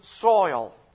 soil